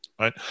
right